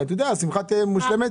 השמחה תהיה מושלמת.